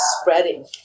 spreading